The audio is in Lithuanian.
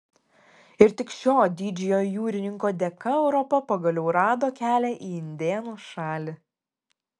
ir tik šio didžiojo jūrininko dėka europa pagaliau rado kelią į indėnų šalį